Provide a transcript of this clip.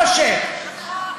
נכון.